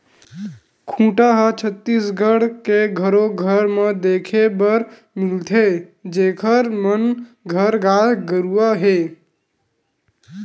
खूटा ह छत्तीसगढ़ के घरो घर म देखे बर मिलथे जिखर मन घर गाय गरुवा हे